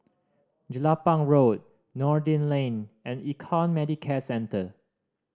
Jelapang Road Noordin Lane and Econ Medicare Centre